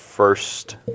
First